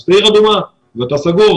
אתה עיר אדומה ואתה סגור.